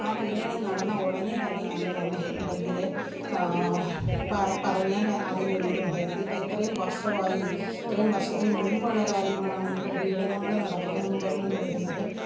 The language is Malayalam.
ആ പീഡനം നടന്ന ഉടനെത്തന്നെയാണ് നല്ല ഉണ്ടെങ്കിൽ പറഞ്ഞാൽ അതിനൊരു ഇതുണ്ട് ഇതിപ്പോൾ ഇത്രയും വർഷമായി ഇത്രയും വർഷത്തിന് മുമ്പ് ഉള്ള കാര്യങ്ങളാണ് ഇപ്പം പീഡനങ്ങൾ നടക്കുന്നു എന്നും പറഞ്ഞുകൊണ്ട് വരുന്നത്